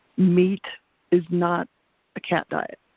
meat is not a cat diet,